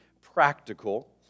practical